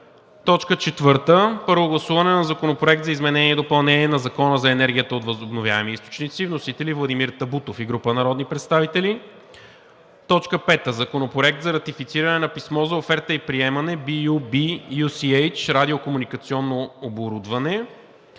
продължение. 4. Първо гласуване на Законопроекта за изменение и допълнение на Закона за енергията от възобновяеми източници. Вносители: Владимир Табутов и група народни представители, 11 март 2022 г. 5. Законопроект за ратифициране на Писмо за оферта и приемане BU-B-UCH Радиокомуникационно оборудване